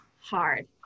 hard